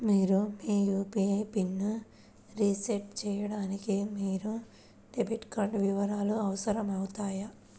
మీరు మీ యూ.పీ.ఐ పిన్ని రీసెట్ చేయడానికి మీకు డెబిట్ కార్డ్ వివరాలు అవసరమవుతాయి